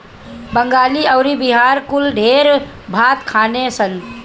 बंगाली अउरी बिहारी कुल ढेर भात खाने सन